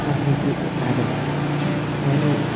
तक्निकी साधनहरू अनि